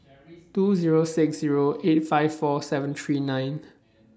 two Zero six Zero eight five four seven three nine